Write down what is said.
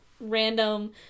random